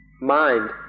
mind